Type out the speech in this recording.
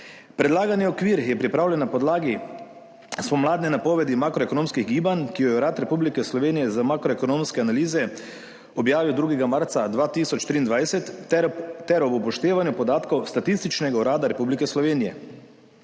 Predlagani okvir je pripravljen na podlagi spomladne napovedi makroekonomskih gibanj, ki jo je Urad Republike Slovenije za makroekonomske analize objavil 2. marca 2023, ter ob upoštevanju podatkov Statističnega urada Republike Slovenije.